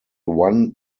one